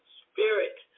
spirit